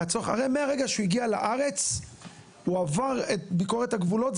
הרי מהרגע שהוא הגיע לארץ הוא עבר את ביקורת הגבולות.